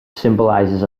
symbolizes